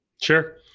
Sure